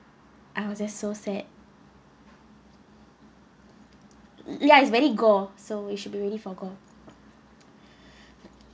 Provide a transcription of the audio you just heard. I was just so sad ya it's very gore so it should be ready for gore